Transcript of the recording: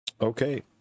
Okay